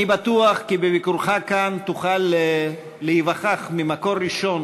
אני בטוח כי בביקורך כאן תוכל להיווכח ממקור ראשון